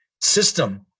system